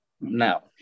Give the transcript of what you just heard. Now